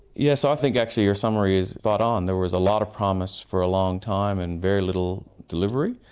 yes, i think actually your summary is spot-on. there was a lot of promise for a long time and very little delivery.